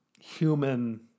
human